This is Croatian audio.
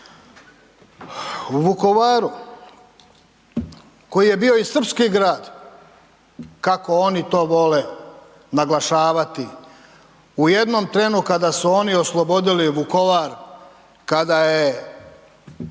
U Vukovaru koji je bio i srpski grad kako oni to vole naglašavati u jednom trenu kada su oni oslobodili Vukovar kada je